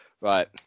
Right